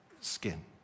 skin